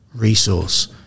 resource